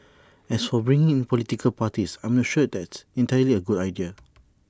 as for bringing in political parties I'm not sure that's entirely A good idea